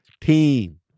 team